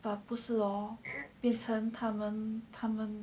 but 不是咯变成他们他们